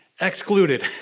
excluded